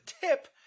tip